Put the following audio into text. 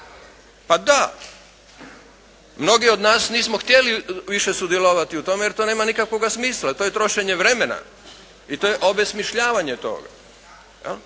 Pa da. Mnogi od nas nismo htjeli više sudjelovati u tome jer to nema nikakvoga smisla. To je trošenje vremena. I to je obesmišljavanje toga